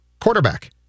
quarterback